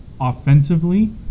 offensively